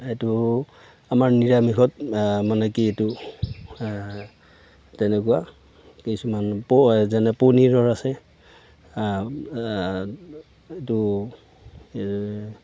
এইটো আমাৰ নিৰামিষত মানে কি এইটো তেনেকুৱা কিছুমান যেনে পনীৰৰ আছে এইটো